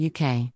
UK